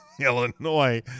illinois